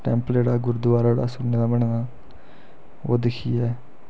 temple जेह्ड़ा गुरुद्वारा जेह्ड़ा सुन्ने दा बने दा ओह् दिक्खियै